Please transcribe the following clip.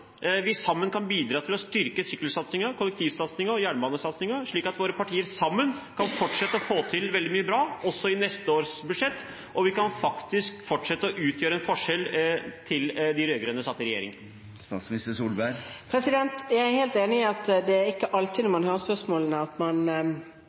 vi sammen kan bidra til å styrke sykkelsatsingen, kollektivsatsingen og jernbanesatsingen, slik at våre partier sammen kan fortsette å få til veldig mye bra, også i neste års budsjett, og at vi faktisk kan fortsette å utgjøre en forskjell fra da de rød-grønne satt i regjering? Jeg er helt enig i at det ikke er alltid, når